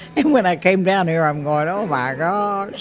and when i came down here i'm going, oh my gosh,